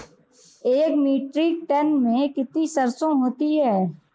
एक metric tonne में कितनी सरसों होती है?